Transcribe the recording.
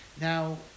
Now